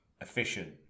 efficient